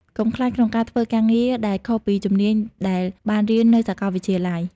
កុំខ្លាចក្នុងការធ្វើការងារដែលខុសពីជំនាញដែលបានរៀននៅសាកលវិទ្យាល័យ។